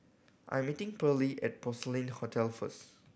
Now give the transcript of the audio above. I am meeting Pearlie at Porcelain Hotel first